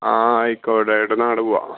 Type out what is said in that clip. ആ ആയിക്കോട്ടെ ഇവിടന്നങ്ങട് പോവാം